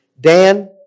Dan